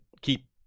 keep